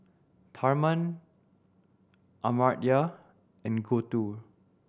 Tharman Amartya and Gouthu